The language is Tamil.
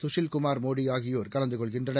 சுசில்குமார் மோடி ஆகியோர் கலந்து கொள்கிறார்